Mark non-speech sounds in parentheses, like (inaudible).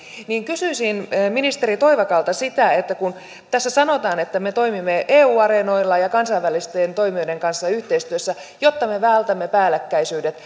kysyisin ministeri toivakalta kun tässä sanotaan että me toimimme eu areenoilla ja kansainvälisten toimijoiden kanssa yhteistyössä jotta me vältämme päällekkäisyydet (unintelligible)